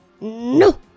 No